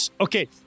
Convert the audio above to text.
Okay